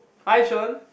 hi Shen